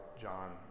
John